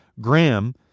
Graham